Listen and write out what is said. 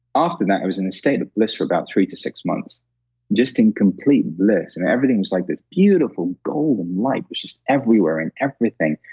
after that, i was in a state of bliss for about three to six months just in complete bliss. and everything was like this beautiful golden light was just everywhere in everything.